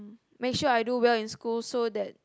make sure I do well in school so that